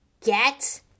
Get